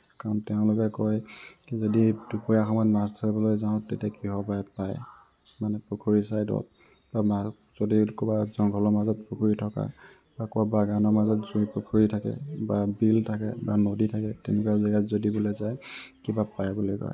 কাৰণ তেওঁলোকে কয় যদি দুপৰীয়া সময়ত মাছ ধৰিবলৈ যাওঁ তেতিয়া কিহবাই পায় মানে পুখুৰী ছাইডত বা মা যদি ক'ৰবাৰ জংঘলৰ মাজত পুখুতী থকা বা ক'ৰবাত বাগানৰ মাজত যদি পুখুৰী থাকে বা বিল থাকে বা নদী থাকে তেনেকুৱা জেগাত যদি বোলে যায় কিবা পায় বুলি কয়